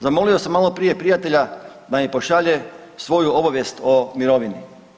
Zamolio sam maloprije prijatelja da mi pošalje svoju obavijest o mirovini.